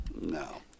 no